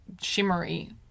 shimmery